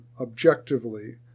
objectively